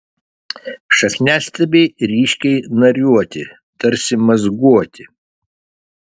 šakniastiebiai ryškiai nariuoti tarsi mazguoti